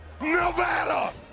Nevada